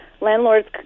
landlords